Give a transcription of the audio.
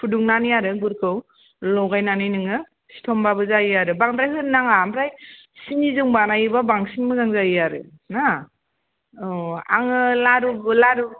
फुदुंनानै आरो गुरखौ लगायनानै नोङो सिथमबाबो जायो आरो बांद्राय होनो नाङा ओमफ्राय सिनिजों बानायोबा बांसिन मोजां जायो आरो ना औ आङो लारु लारु